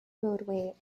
roadway